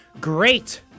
Great